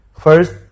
first